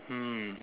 hmm